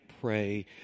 pray